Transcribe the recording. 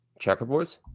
checkerboards